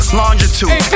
longitude